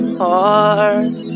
heart